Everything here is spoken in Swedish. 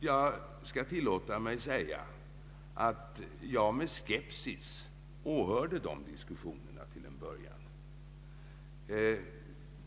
Jag skall tilllåta mig att säga att jag till en början med stor skepsis åhörde denna diskussion.